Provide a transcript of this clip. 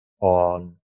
on